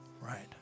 Right